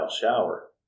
shower